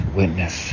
witness